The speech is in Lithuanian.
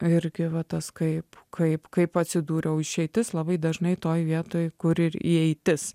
irgi va tas kaip kaip kaip atsidūriau išeitis labai dažnai toj vietoj kur ir įeitis